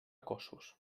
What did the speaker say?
cossos